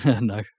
no